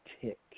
tick